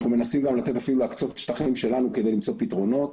אנחנו מנסים גם להקצות שטחים משלנו בשביל למצוא פתרונות.